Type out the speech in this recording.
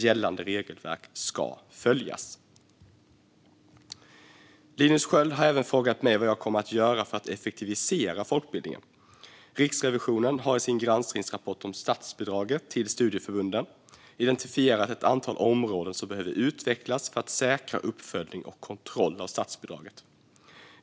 Gällande regelverk ska följas. Linus Sköld har även frågat mig vad jag kommer att göra för att effektivisera folkbildningen. Riksrevisionen har i sin granskningsrapport om statsbidraget till studieförbunden identifierat ett antal områden som behöver utvecklas för att säkra uppföljning och kontroll av statsbidraget.